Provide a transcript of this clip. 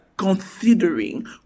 considering